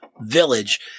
village